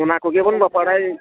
ᱚᱱᱟ ᱠᱚᱜᱮ ᱵᱚᱱ ᱵᱟᱯᱟᱲᱟᱭ